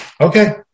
Okay